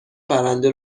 پرنده